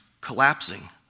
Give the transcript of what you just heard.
collapsing